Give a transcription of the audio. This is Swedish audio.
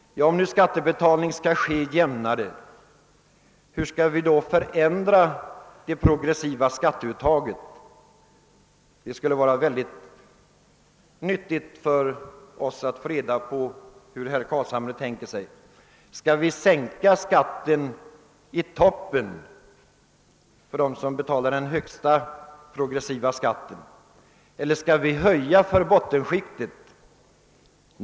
Men om nu skattebetalningen skall göras jämnare, hur skall vi då förändra de progressiva skatteuttagen? Det skulle vara nyttigt för oss att få reda på om herr Carlshamre tänker sig att vi skall sänka skatten i toppen för dem som betalar den högsta progressiva skatten eller om vi skall höja skatten för bottenskiktet.